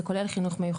זה כולל חנ"מ.